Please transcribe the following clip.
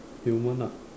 human ah